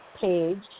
page